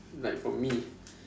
like from me